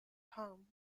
home